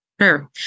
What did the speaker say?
Sure